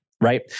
Right